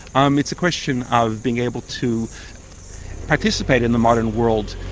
um it's a question of being able to participate in the modern world,